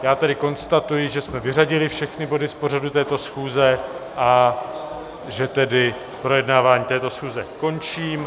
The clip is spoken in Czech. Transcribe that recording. Já tedy konstatuji, že jsme vyřadili všechny body z pořadu této schůze, a že tedy projednávání této schůze končím.